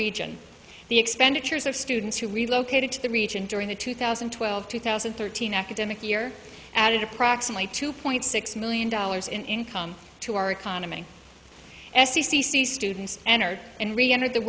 region the expenditures of students who relocated to the region during the two thousand and twelve two thousand and thirteen academic year added approximately two point six million dollars in income to our economy as c c c students enter and re enter the